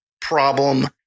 problem